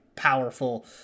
powerful